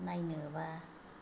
नायनो बा